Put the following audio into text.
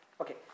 Okay